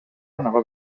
anava